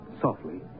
softly